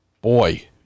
Boy